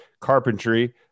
carpentry